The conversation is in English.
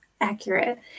accurate